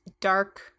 Dark